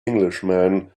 englishman